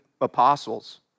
apostles